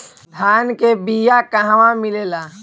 धान के बिया कहवा मिलेला?